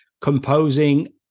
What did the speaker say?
composing